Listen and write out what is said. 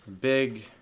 big